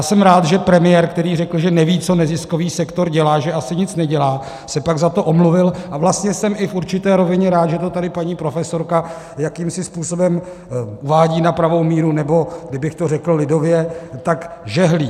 Jsem rád, že premiér, který řekl, že neví, co neziskový sektor dělá, že asi nic nedělá, se pak za to omluvil, a vlastně jsem i v určité rovině rád, že to tady paní profesorka jakýmsi způsobem uvádí na pravou míru, nebo kdybych to řekl lidově, tak žehlí.